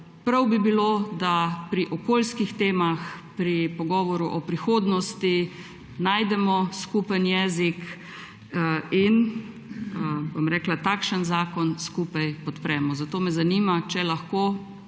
Prav bi bilo, da pri okolijskih temah pri pogovoru o prihodnosti najdemo skupen jezik in takšen zakon skupaj podpremo. Zato me zanima: Ali lahko